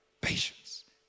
patience